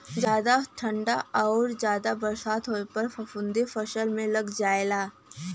जादा ठंडा आउर जादा बरसात होए पर फफूंदी फसल में लग जाला